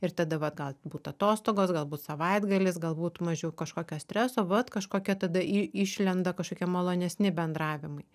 ir tada vat galbūt atostogos galbūt savaitgalis galbūt mažiau kažkokio streso vat kažkokia tada į išlenda kažkokie malonesni bendravimai